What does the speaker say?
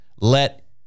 let